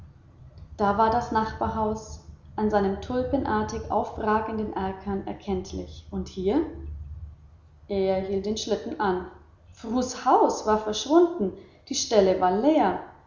da war das nachbarhaus an seinen tulpenartig aufragenden erkern kenntlich und hier er hielt den schlitten an frus haus war verschwunden die stelle war leer